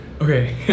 Okay